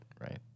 right